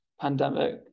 pandemic